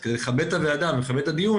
אז כדי לכבד את הוועדה ולכבד את הדיון